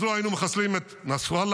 אז לא היינו מחסלים את נסראללה,